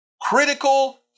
critical